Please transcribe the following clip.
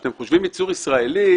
כשאתם חושבים ייצור ישראלי,